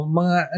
mga